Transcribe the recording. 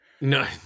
No